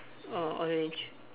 uh orange